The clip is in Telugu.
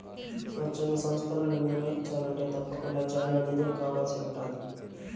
స్వచ్ఛంద సంస్తలని నిర్వహించాలంటే తప్పకుండా చానా నిధులు కావాల్సి ఉంటాది